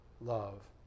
love